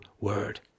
word